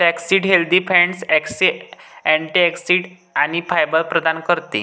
flaxseed healthy fats, antioxidants आणि fibre प्रदान करते